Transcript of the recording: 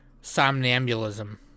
Somnambulism